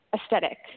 aesthetic